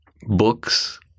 Books